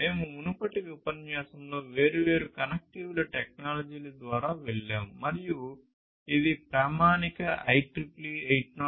మేము మునుపటి ఉపన్యాసంలో వేర్వేరు కనెక్టివిటీ టెక్నాలజీల ద్వారా వెళ్ళాము మరియు ఇది ప్రామాణిక IEEE 802